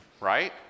right